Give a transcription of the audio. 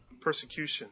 persecution